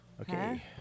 Okay